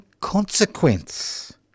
consequence